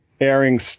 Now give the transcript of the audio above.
airing